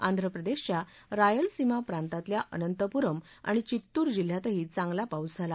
आंध्र प्रदेशच्या रायलसीमा प्रांतातल्या अनंतपुरम आणि चित्तूर जिल्ह्यांतही चांगला पाऊस झाला